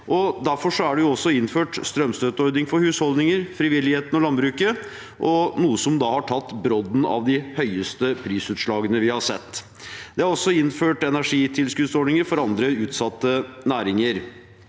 Derfor er det også innført strømstøtteordning for husholdningene, frivilligheten og landbruket, noe som har tatt brodden av de høyeste prisutslagene vi har sett. Det er innført energitilskuddsordninger for andre utsatte næringer.